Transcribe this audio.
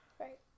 right